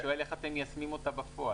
אני שואל איך אתם מיישמים אותה בפועל,